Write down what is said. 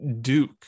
Duke